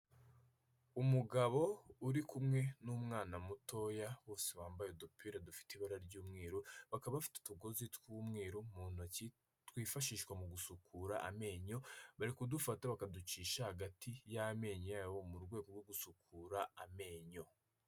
Umugabo uri kumwe n'umwana mutoya bose bambaye udupira dufite ibara ry'umweru bakaba bafite utuguzi tw'umweru mu ntoki twifashishwa mu gusukura amenyo bari kudufata bakaducisha hagati y'amenyo yabo mu rwego rwo gusukura amenyo.